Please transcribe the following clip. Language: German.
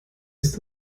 ist